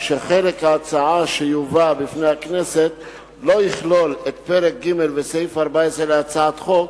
שחלק ההצעה שיובא בפני הכנסת לא יכלול את פרק ג' וסעיף 14 להצעת חוק,